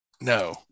No